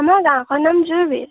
আমাৰ গাঁওখনৰ নাম বি